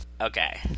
Okay